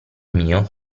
mio